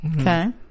Okay